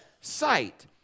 sight